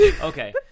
Okay